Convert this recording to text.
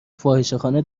فاحشهخانه